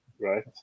right